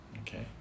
Okay